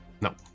No